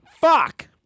Fuck